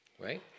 right